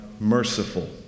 merciful